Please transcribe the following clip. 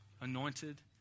anointed